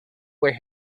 where